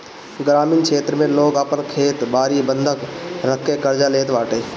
ग्रामीण क्षेत्र में लोग आपन खेत बारी बंधक रखके कर्जा लेत बाटे